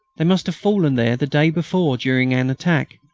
they must have fallen there the day before during an attack,